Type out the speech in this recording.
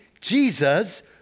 Jesus